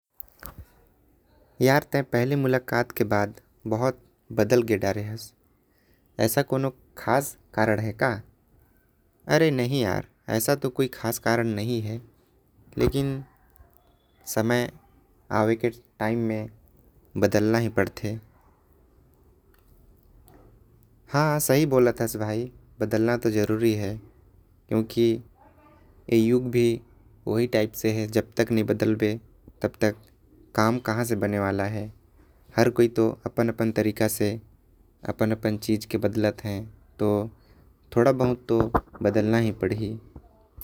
यार ते पहली मुलाक़ात के बाद पूरे बदल गए। हस ऐसा कोई ख़ास कोई कारण है। का अरे नही यार कोई ख़ास कारण नही है। लेकिन समय आवे के टाइम में थोड़ा बहुत बदलना चाहिए। हाँ सही बोलत हस भाई बदलना तो जरुरी है। क्योंकि ऐ युग भी ओहि टाइप के है। जब तक नही बदलबे काम कहा से होही। हर कोई अपन हिसाब से बदलथ है तो कैसे करबे।